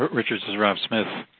richard, this is rob smith.